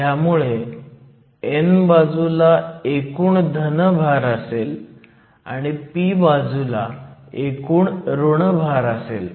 ह्यामुळे n बाजूला एकूण धन भार असेल आणि p बाजूला एकूण ऋण भार असेल